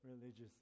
religious